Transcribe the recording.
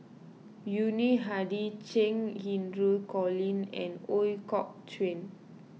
Yuni Hadi Cheng Xinru Colin and Ooi Kok Chuen